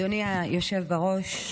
אדוני היושב-ראש,